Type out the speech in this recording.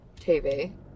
TV